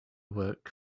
work